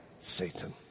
Satan